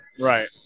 Right